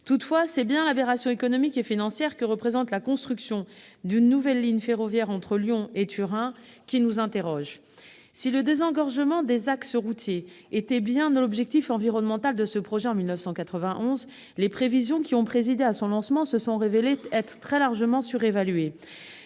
Toutefois, c'est bien l'aberration économique et financière que représente la construction d'une nouvelle ligne ferroviaire entre Lyon et Turin qui nous interroge. C'est parti ... Si le désengorgement des axes routiers était bien l'objectif environnemental de ce projet en 1991, les prévisions qui ont présidé à son lancement se sont révélées être très largement surévaluées.